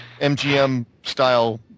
MGM-style